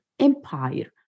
empire